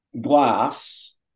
glass